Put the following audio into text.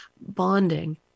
bonding